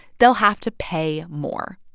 they'll have to pay more.